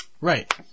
Right